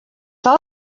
sol